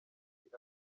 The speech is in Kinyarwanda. isi